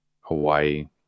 Hawaii